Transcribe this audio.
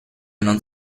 non